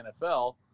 NFL